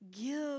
Give